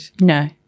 No